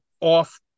off